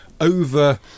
over